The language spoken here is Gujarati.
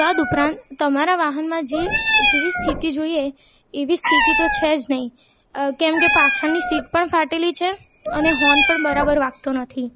તદુપરાંત તમારા વાહનમાં જે જેવી સ્થિતિ જોઈએ એવી સ્થિતિ તો છે જ નહીં અ કેમ કે પાછળની સીટ પણ ફાટેલી છે અને હોર્ન પણ બરાબર વાગતો નથી